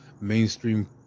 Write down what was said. mainstream